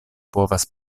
povas